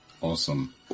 Awesome